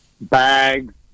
bags